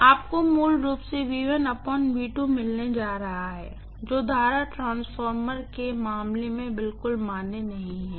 इसलिए आपको मूल रूप से मिलने जा रहा है जो करंट ट्रांसफार्मर के मामले में बिल्कुल मान्य नहीं है